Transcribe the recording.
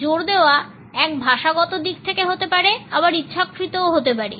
জোর দেওয়া এক ভাষাগত দিক থেকে হতে পারে আবার ইচ্ছাকৃতও হতে পারে